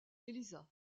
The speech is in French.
élisa